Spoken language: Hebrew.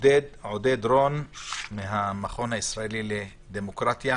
עודד רון מהמכון הישראלי לדמוקרטיה,